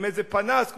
עם איזה פנס,